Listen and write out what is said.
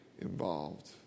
involved